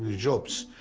jobs,